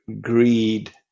greed